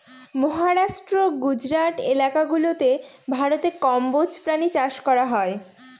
মহারাষ্ট্র, গুজরাট এলাকা গুলাতে ভারতে কম্বোজ প্রাণী চাষ করা হয়